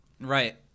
Right